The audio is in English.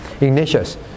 Ignatius